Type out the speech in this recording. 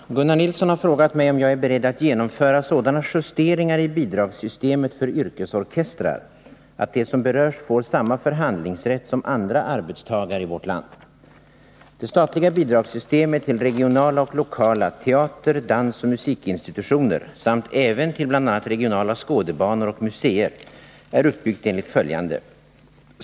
Herr talman! Gunnar Nilsson har frågat mig om jag är beredd att genomföra sådana justeringar i bidragssystemet för yrkesorkestrar att de som berörs får samma förhandlingsrätt som andra arbetstagare i vårt land. Det statliga bidragssystemet till regionala och lokala teater-, dansoch musikinstitutioner samt även till bl.a. regionala skådebanor och museer är uppbyggt enligt följande.